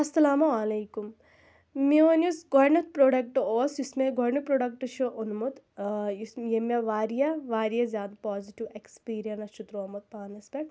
اَسلامُ علیکُم میٛون یُس گۄڈٕنیُک پرٛوڈکٹہٕ اوس یُس مےٚ گۄڈٕنیُک پرٛوڈکٹہٕ چھُ اوٚنمُت آ یُس ییٚمۍ مےٚ واریاہ واریاہ زیادٕ پازِٹیو ایکٕسپیٖرَنٕس چھُ ترٛوومُت پانَس پٮ۪ٹھ